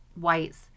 whites